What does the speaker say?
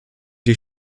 die